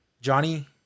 Johnny